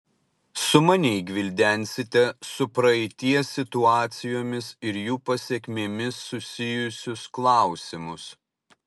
sumaniai gvildensite su praeities situacijomis ir jų pasekmėmis susijusius klausimus